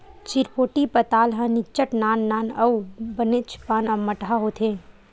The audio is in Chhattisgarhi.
चिरपोटी पताल ह निच्चट नान नान अउ बनेचपन अम्मटहा होथे